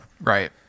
Right